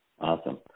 Awesome